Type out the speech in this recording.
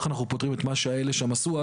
איך אנחנו פותרים את מה שהאלה שם עשו שם.